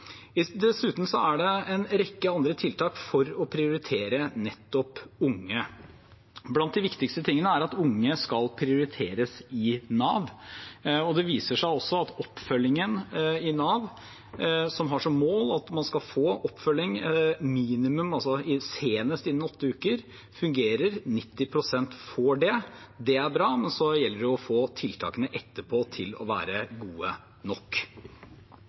Dessuten er det en rekke andre tiltak for å prioritere nettopp unge. Blant de viktigste tingene er at unge skal prioriteres i Nav. Det viser seg også at oppfølgingen i Nav, som har som mål at man skal få oppfølging senest innen åtte uker, fungerer. 90 pst. får det. Det er bra, og så gjelder det å få tiltakene etterpå til å være gode nok.